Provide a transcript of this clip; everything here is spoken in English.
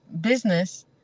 business